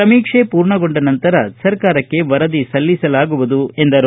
ಸಮೀಕ್ಷೆ ಪೂರ್ಣಗೊಂಡ ನಂತರ ಸರ್ಕಾರಕ್ಕೆ ವರದಿ ಸಲ್ಲಿಸಲಾಗುವುದು ಎಂದರು